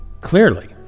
clearly